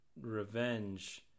revenge